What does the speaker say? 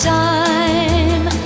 time